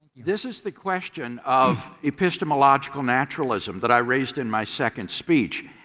this is the question of epistemologically naturalism that i raised in my second speech.